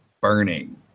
burning